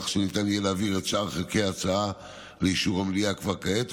כך שניתן יהיה להעביר את שאר חלקי ההצעה לאישור המליאה כבר כעת,